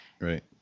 Right